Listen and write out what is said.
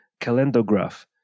Calendograph